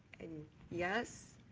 and yes,